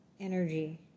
energy